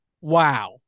Wow